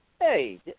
Hey